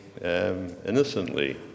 innocently